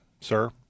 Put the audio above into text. sir